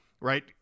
right